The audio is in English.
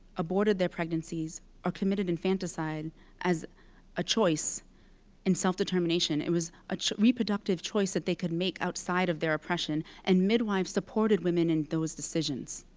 aborted their pregnancies or committed infanticide as a choice in self-determination. it was a reproductive choice that they could make outside of their oppression, and midwives supported women in those decisions.